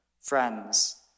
friends